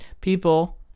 people